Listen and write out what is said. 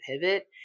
pivot